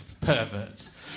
perverts